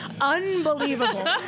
unbelievable